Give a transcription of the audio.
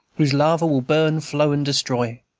whose lava will burn, flow, and destroy,